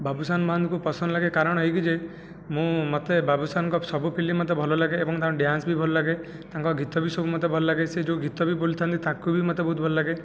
ବାବୁସାନ ମହାନ୍ତିଙ୍କୁ ପସନ୍ଦ ଲାଗେ କାରଣ ଏହିକି ଯେ ମୁଁ ମୋତେ ବାବୁସାନଙ୍କ ସବୁ ଫିଲ୍ମ ମୋତେ ଭଲଲାଗେ ଏବଂ ତାଙ୍କ ଡ୍ୟାନ୍ସ ବି ଭଲଲାଗେ ତାଙ୍କ ଗୀତ ବି ସବୁ ମୋତେ ଭଲଲାଗେ ସେ ଯେଉଁ ଗୀତ ବି ବୋଲିଥାନ୍ତି ତାକୁ ବି ମୋତେ ବହୁତ ଭଲଲାଗେ